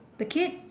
the kid